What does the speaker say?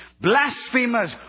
blasphemers